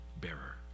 bearer